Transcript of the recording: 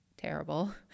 terrible